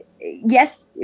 Yes